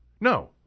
No